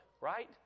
right